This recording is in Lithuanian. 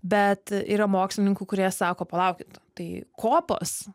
bet yra mokslininkų kurie sako palaukit tai kopos